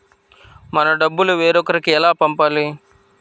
మన డబ్బులు వేరొకరికి ఎలా పంపాలి?